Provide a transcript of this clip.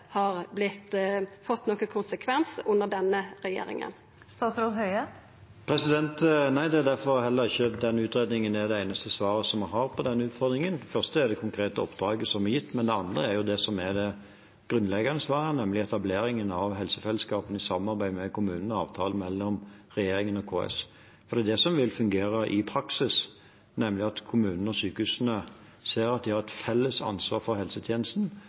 har fått nokon konsekvens under denne regjeringa? Nei, det er derfor denne utredningen heller ikke er det eneste svaret som vi har på denne utfordringen. Det første er det konkrete oppdraget som er gitt, men det andre er jo det som er det grunnleggende svaret, nemlig etableringen av helsefellesskapene i samarbeid med kommunene og avtalen mellom regjeringen og KS. Det er det som vil fungere i praksis, nemlig at kommunene og sykehusene ser at de har et felles ansvar for helsetjenesten,